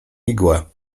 igła